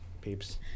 peeps